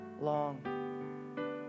long